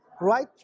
right